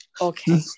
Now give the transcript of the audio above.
Okay